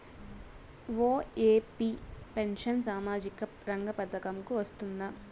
OAP pension సామాజిక రంగ పథకం కు వస్తుందా?